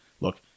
look